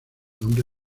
nombre